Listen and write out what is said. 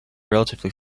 relatively